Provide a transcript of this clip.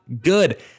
good